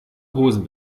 hosen